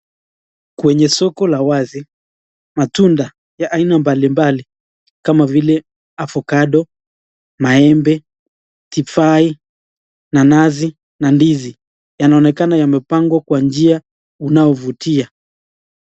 Kwenye soko la wazi, matunda ya aina mbalimbali kama vile avocado, maembe, tifahi, nanasi na ndizi yanaonekana yamepangwa kwa njia unaovutia.